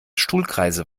stuhlkreise